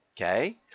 okay